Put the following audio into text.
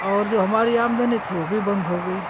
और जो हमारी आमदनी थी वो भी बंद हो गई